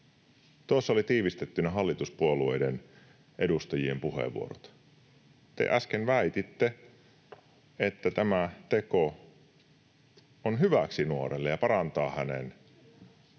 Tuossa oli tiivistettynä hallituspuolueiden edustajien puheenvuorot. Te äsken väititte, että tämä teko on hyväksi nuorelle ja parantaa hänen